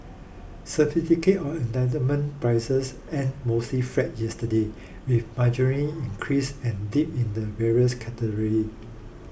Certificate of Entitlement prices end mostly flat yesterday with marginal increase and dip in the various category